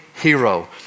hero